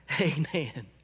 Amen